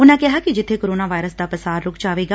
ਉਨੂਾ ਕਿਹਾ ਕਿ ਜਿੱਬੇ ਕੋਰੋਨਾ ਵਾਇਰਸ ਦਾ ਪਸਾਰ ਰੁਕ ਜਾਵੇਗਾ